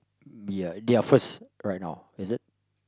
ya they are first right now is it